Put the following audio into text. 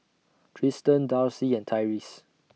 Tristen Darcie and Tyreese